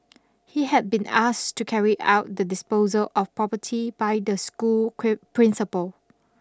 he had been asked to carry out the disposal of property by the school principal